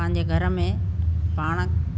पंहिंजे घर में पाण